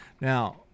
Now